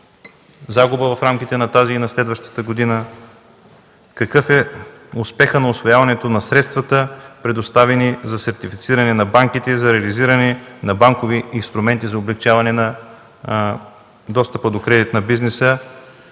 загуба в рамките на тази и следващата година, какъв е успехът на усвояването на средствата, предоставени за сертифициране на банките и за реализиране на банкови инструменти за облекчаване на достъпа до кредит на бизнеса